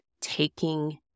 taking